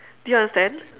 do you understand